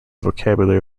vocabulary